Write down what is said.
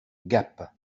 gap